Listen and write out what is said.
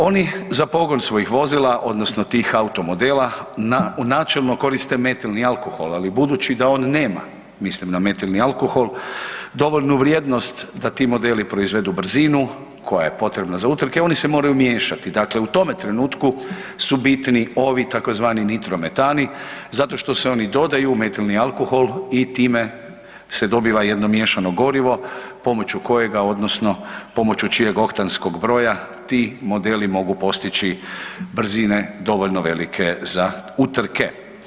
Oni za pogon svojih vozila odnosno tih automodela u načelno koriste metilni alkohol, ali budući da on nema, mislim na metilni alkohol, dovoljnu vrijednost da ti modeli proizvedu brzinu koja je potrebna za utrke oni se moraju miješati, dakle u tome trenutku su bitni ovi tzv. nitrometani zato što se oni dodaju u metilni alkohol i time se dobiva jedno miješano gorivo pomoću kojega odnosno pomoću čijeg oktanskog broja ti modeli mogu postići brzine dovoljno velike za utrke.